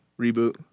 reboot